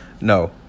No